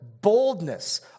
boldness